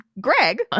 Greg